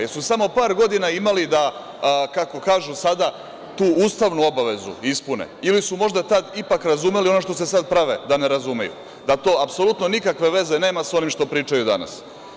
Samo su imali par godina, kako kažu sada, da tu ustavnu obavezu ispune ili su možda tada ipak razumeli ono što se sada prave da ne razumeju, da to nema nikakve veze sa onim što pričaju danas.